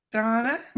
Donna